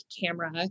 camera